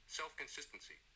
Self-Consistency